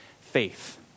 faith